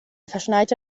verschneite